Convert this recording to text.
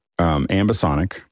ambisonic